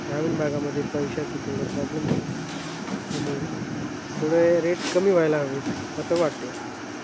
ग्रामीण भागामध्ये पैशाचं थोडं प्रॉब्लेम होते त्यामुळे थोडे रेट कमी व्हायला हवेत असं वाटत आहे